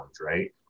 right